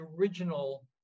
original